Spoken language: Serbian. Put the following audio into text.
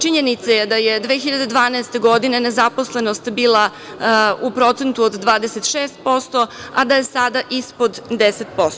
Činjenica je da je 2012. godine nezaposlenost bila u procentu od 26%, a da je sada ispod 10%